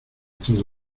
todo